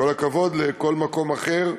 עם כל הכבוד לכל מקום אחר,